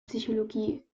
psychologie